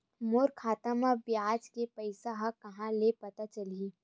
मोर खाता म ब्याज के पईसा ह कहां ले पता चलही?